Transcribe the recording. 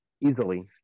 easily